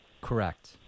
Correct